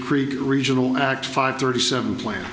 creek regional act five thirty seven plan